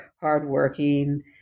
hardworking